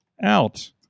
out